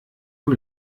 dem